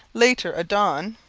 later a donne,